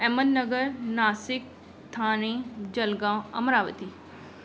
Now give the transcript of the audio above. Ahmad Nagar Nashik Thane Jalgaon Amravati